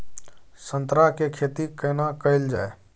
संतरा के खेती केना कैल जाय?